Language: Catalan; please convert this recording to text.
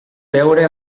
veure